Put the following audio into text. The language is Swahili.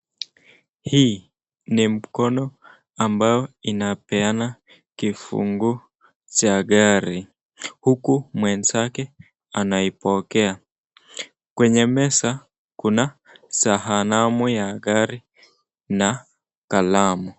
Hii ni mkono ambayo inapeana kifunguu cha gari huku mwenzake anaipokea. Kwenye meza kuna sahanamu ya gari na kalamu.